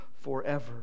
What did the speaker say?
forever